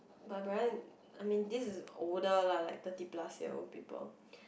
but apparen~ I mean this is older lah like thirty plus year old people